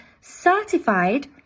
certified